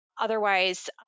Otherwise